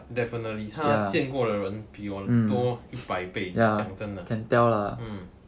defintely 他见过的人比我多一百倍讲真的 mm